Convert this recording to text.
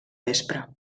vespre